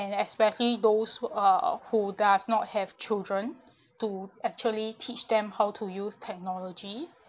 and especially those who uh who does not have children to actually teach them how to use technology